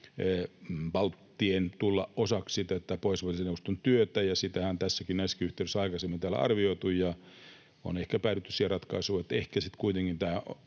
balttien tulla osaksi tätä Pohjoismaiden neuvoston työtä. Sitähän näissäkin yhteyksissä aikaisemmin on täällä arvioitu, ja on ehkä päädytty siihen ratkaisuun, että ehkä sitten kuitenkin